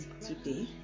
today